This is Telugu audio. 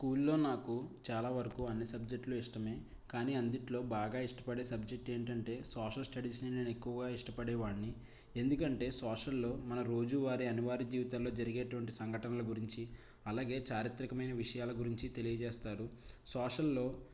స్కూల్ లో నాకు చాలా వరకు అన్ని సబ్జెక్టులు ఇష్టమే కానీ అన్నిటిలో బాగా ఇష్టపడే సబ్జెక్టు ఏంటంటే సోషల్ స్టడీస్ నేను ఎక్కువగా ఇష్టపడే వాడిని ఎందుకంటే సోషల్ లో మన రోజు వారే అనివార్య జీవితాల్లో జరిగేటువంటి సంఘటనల గురించి అలాగే చారిత్రికమైన విషయాల గురించి తెలియజేస్తారు సోషల్లో